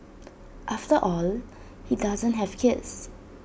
after all he doesn't have kids